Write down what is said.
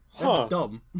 Dumb